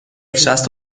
شصت